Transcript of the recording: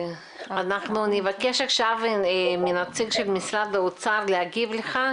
אנחנו נבקש עכשיו מנציג של משרד האוצר להגיב לך,